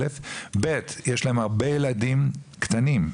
ראשית; ושנית יש להם הרבה ילדים קטנים,